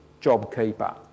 JobKeeper